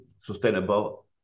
sustainable